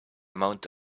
amount